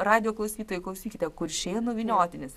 radijo klausytojai klausykite kuršėnų vyniotinis